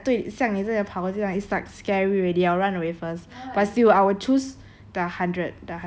like hundred horse like over there like 对象你这里跑进来 it's like scary already I'll run away first